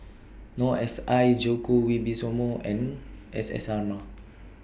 Noor S I Djoko Wibisono and S S Sarma